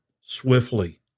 swiftly